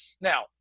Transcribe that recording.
Now